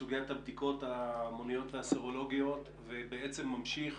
הוא עוסק בסוגיית הבדיקות ההמוניות וההסרולוגיות ובעצם ממשיך